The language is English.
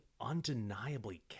undeniably